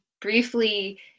briefly